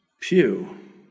pew